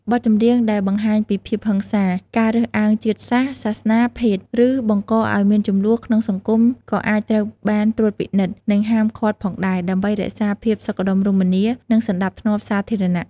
បទចម្រៀងដែលបង្ហាញពីភាពហិង្សា ការរើសអើងជាតិសាសន៍ សាសនា ភេទ ឬបង្កឱ្យមានជម្លោះក្នុងសង្គមក៏អាចត្រូវបានត្រួតពិនិត្យ និងហាមឃាត់ផងដែរ ដើម្បីរក្សាភាពសុខដុមរមនា និងសណ្តាប់ធ្នាប់សាធារណៈ។